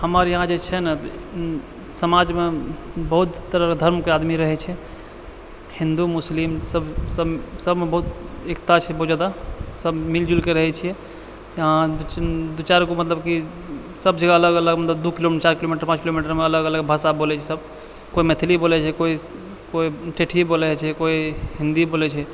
हमर इहाँ जे छै ने समाजमे बहुत तरह धर्मके आदमी रहै छै हिन्दू मुस्लिम सभ सभ सभमे बहुत एकता छै बहुत जादा सभ मिलिजुलि कऽ रहै छियै इहाँ दू दू चारिगो मतलब कि सभ जगह अलग अलग मतलब दू किलोमीटर चारि किलोमीटर पाँच किलो मीटरमे अलग अलग भाषा बोलै छै सभ कोइ मैथिली बोलै छै कोइ कोइ ठेठी बोलै छै कोइ हिन्दी बोलै छै